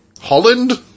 Holland